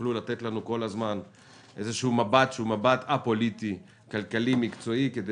יוכלו לתת לנו כל הזמן מבט א-פוליטי כלכלי מקצועי כדי